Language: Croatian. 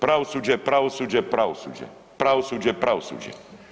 Pravosuđe, pravosuđe, pravosuđe, pravosuđe, pravosuđe.